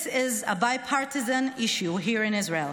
This is a bipartisan issue here in Israel.